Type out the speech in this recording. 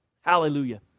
Hallelujah